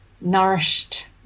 nourished